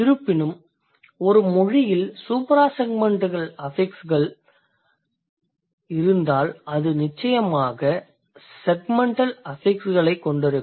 இருப்பினும் ஒரு மொழியில் சூப்ராசெக்மெண்டல் அஃபிக்ஸ்கள் இருந்தால் அது நிச்சயமாக செக்மெண்டல் அஃபிக்ஸ்களைக் கொண்டிருக்கும்